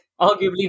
Arguably